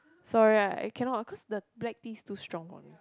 sorry I cannot ah cause the black tea is too strong for me